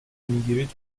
میگیرید